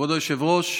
כבוד היושב-ראש,